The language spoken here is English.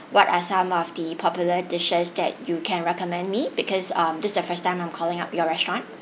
what are some of the popular dishes that you can recommend me because um this is the first time I'm calling up your restaurant